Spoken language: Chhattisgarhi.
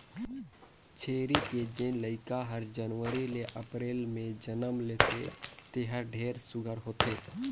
छेरी के जेन लइका हर जनवरी ले अपरेल में जनम लेथे तेहर ढेरे सुग्घर होथे